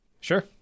Sure